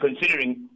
considering